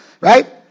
right